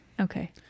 Okay